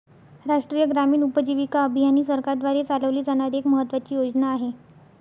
राष्ट्रीय ग्रामीण उपजीविका अभियान ही सरकारद्वारे चालवली जाणारी एक महत्त्वाची योजना आहे